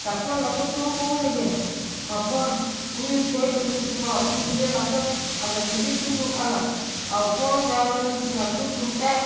டக்குனு அந்த அக்கா தூக்கவும் எனக்கு அப்பா உயிர் போய்ட்டு வந்துச்சிப்பா அப்புடின்னு சொல்லி அந்த அக்கா அந்த ரெண்டுத்தயும் தூக்கி விட்டாங்க அப்பவும் வேற லெவல்ல இருந்துச்சிங்க தூக்கி விட்டேன்